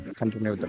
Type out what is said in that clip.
continue